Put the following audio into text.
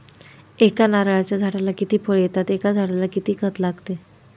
एका नारळाच्या झाडाला किती फळ येतात? एका झाडाला किती खत लागते?